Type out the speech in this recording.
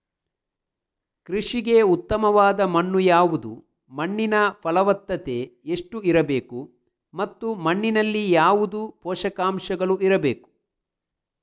ಕೃಷಿಗೆ ಉತ್ತಮವಾದ ಮಣ್ಣು ಯಾವುದು, ಮಣ್ಣಿನ ಫಲವತ್ತತೆ ಎಷ್ಟು ಇರಬೇಕು ಮತ್ತು ಮಣ್ಣಿನಲ್ಲಿ ಯಾವುದು ಪೋಷಕಾಂಶಗಳು ಇರಬೇಕು?